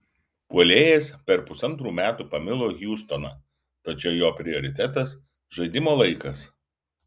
puolėjas per pusantrų metų pamilo hjustoną tačiau jo prioritetas žaidimo laikas